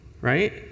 right